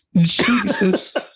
Jesus